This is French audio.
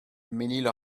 mesnil